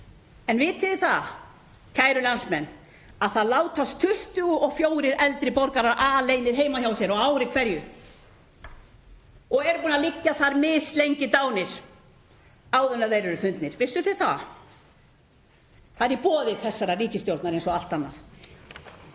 En vitið þið það, kæru landsmenn, að 24 eldri borgarar látast aleinir heima hjá sér á ári hverju og eru búnir að liggja þar mislengi dánir áður en þeir eru fundnir? Vissuð þið það? Það er í boði þessarar ríkisstjórnar eins og allt annað.